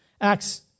Acts